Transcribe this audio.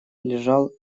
лежал